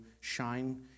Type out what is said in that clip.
shine